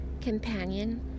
Companion